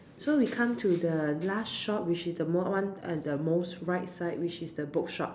so we come to the last shop which is the one uh the most right side which is the book shop